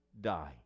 die